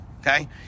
okay